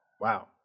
Wow